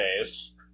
Days